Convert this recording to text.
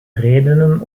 redenen